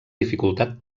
dificultat